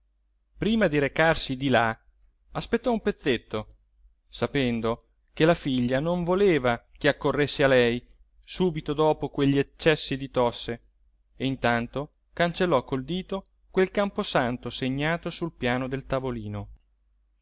prima di recarsi di là aspettò un pezzetto sapendo che la figlia non voleva che accorresse a lei subito dopo quegli accessi di tosse e intanto cancellò col dito quel camposanto segnato sul piano del tavolino